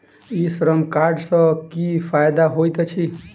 ई श्रम कार्ड सँ की फायदा होइत अछि?